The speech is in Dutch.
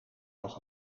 nog